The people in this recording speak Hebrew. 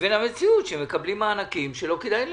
לבין המציאות, שהם מקבלים מענקים שזה לא כדאי להם,